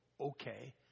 Okay